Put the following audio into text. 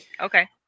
Okay